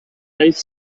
iaith